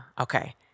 Okay